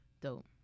dope